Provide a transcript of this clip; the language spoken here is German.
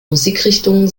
musikrichtungen